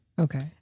Okay